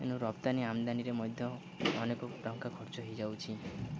ତେଣୁ ରପ୍ତାନୀ ଆମଦାନୀରେ ମଧ୍ୟ ଅନେକ ଟଙ୍କା ଖର୍ଚ୍ଚ ହୋଇଯାଉଛି